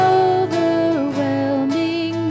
overwhelming